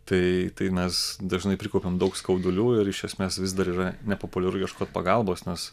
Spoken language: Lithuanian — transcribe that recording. tai tai mes dažnai prikaupiam daug skaudulių ir iš esmės vis dar yra nepopuliaru ieškot pagalbos nes